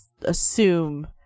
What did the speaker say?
Assume